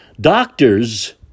Doctors